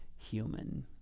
human